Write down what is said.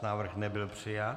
Návrh nebyl přijat.